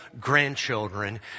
grandchildren